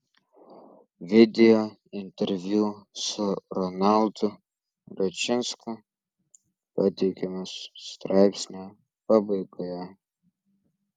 video interviu su ronaldu račinsku pateikiamas straipsnio pabaigoje